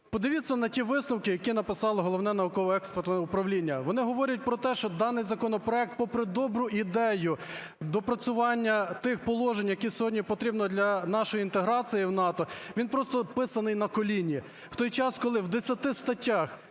Подивіться на ті висновки, які написало Головне науково-експертне управління. Вони говорять про те, що даний законопроект попри добру ідею доопрацювання тих положень, які сьогодні потрібні для нашої інтеграції в НАТО, він просто писаний "на коліні". У той час, коли в десяти статтях